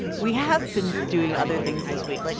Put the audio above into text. we have been doing other things this week. like